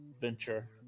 venture